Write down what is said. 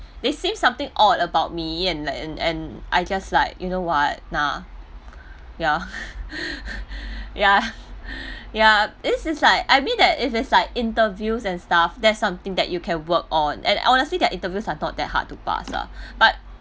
they say something odd about me and like and and I just like you know what nah ya ya ya this is like I mean that it is like interviews and stuff there's something that you can work on and honestly their interviews are not that hard to pass lah but